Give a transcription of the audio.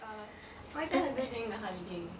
err what you do during the holiday